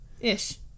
Ish